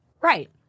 Right